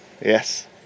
Yes